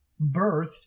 birthed